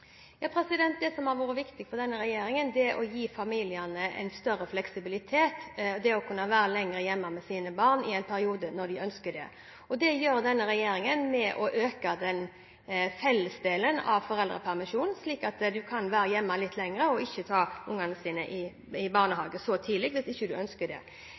Det som har vært viktig for denne regjeringen, er å gi familiene større fleksibilitet, slik at de i en periode kan være lenger hjemme med sine barn, når de ønsker det. Dette gjør denne regjeringen ved å øke fellesdelen av foreldrepermisjonen, slik at en kan være litt lenger hjemme og ikke måtte ha barna sine så tidlig i barnehage, hvis en ikke ønsker det.